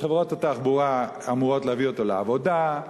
חברות התחבורה אמורות להביא אותו לעבודה,